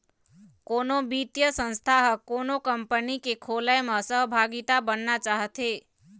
कोनो बित्तीय संस्था ह कोनो कंपनी के खोलय म सहभागिता बनना चाहथे